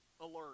alert